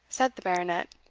said the baronet.